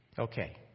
okay